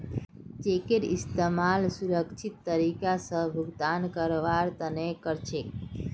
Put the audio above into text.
चेकेर इस्तमाल सुरक्षित तरीका स भुगतान करवार तने कर छेक